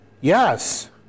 yes